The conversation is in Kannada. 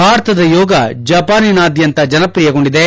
ಭಾರತದ ಯೋಗ ಜಪಾನಿನಾದ್ಯಂತ ಜನಪ್ರಿಯಗೊಂಡಿದೆ